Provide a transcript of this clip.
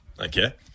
Okay